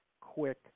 quick